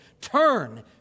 Turn